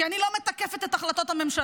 כי אני לא מתקפת את החלטות הממשלה.